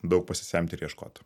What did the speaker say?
daug pasisemti ir ieškot